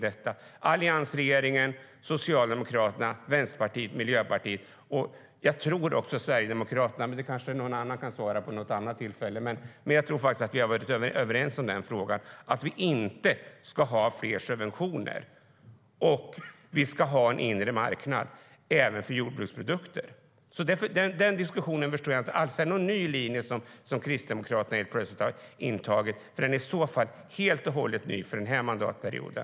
Jag tror att alliansregeringen, Socialdemokraterna, Vänsterpartiet, Miljöpartiet och också Sverigedemokraterna - men det kanske någon annan kan svara på vid något annat tillfälle - har varit överens om den frågan: Vi ska inte ska ha fler subventioner, och vi ska ha en inre marknad även för jordbruksprodukter. Den diskussionen förstår jag alltså inte. Är det någon ny linje som Kristdemokraterna plötsligt har intagit? Den är i så fall helt och hållet ny för den här mandatperioden.